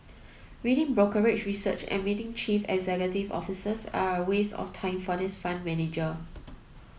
reading brokerage research and meeting chief executive officers are a waste of time for this fund manager